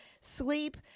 sleep